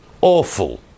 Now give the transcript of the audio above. awful